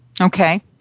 Okay